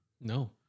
No